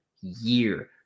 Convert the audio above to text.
year